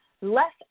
Less